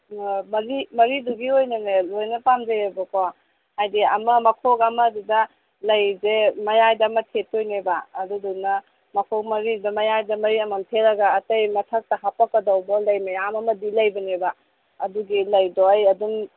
ꯃꯔꯤ ꯃꯔꯤꯗꯨꯒꯤ ꯑꯣꯏꯅꯅꯦ ꯂꯣꯏꯅ ꯄꯥꯝꯖꯩꯌꯦꯕꯀꯣ ꯍꯥꯏꯗꯤ ꯑꯃ ꯃꯀꯣꯛ ꯑꯃꯗꯨꯗ ꯂꯩꯁꯦ ꯃꯌꯥꯏꯗ ꯑꯃ ꯊꯦꯠꯇꯣꯏꯅꯦꯕ ꯑꯗꯨꯗꯨꯅ ꯃꯈꯣꯡ ꯃꯔꯤꯗ ꯃꯌꯥꯏꯗ ꯃꯩ ꯑꯃꯃꯝ ꯊꯦꯠꯂꯒ ꯑꯇꯩ ꯃꯊꯛꯇ ꯍꯥꯞꯄꯛꯀꯗꯧꯕ ꯂꯩ ꯃꯌꯥꯝ ꯑꯃꯗꯤ ꯂꯩꯕꯅꯦꯕ ꯑꯗꯨꯒꯤ ꯂꯩꯗꯣ ꯑꯩ ꯑꯗꯨꯝ